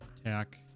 attack